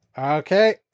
Okay